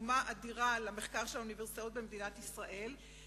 שתורמים תרומה אדירה למחקר של האוניברסיטאות במדינת ישראל,